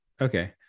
okay